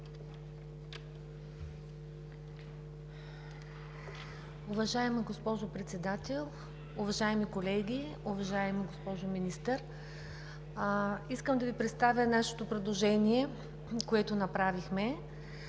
Уважаема госпожо Председател, уважаеми колеги, уважаема госпожо Министър! Искам да Ви представя предложението, което направихме.